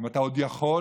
אם אתה עוד יכול,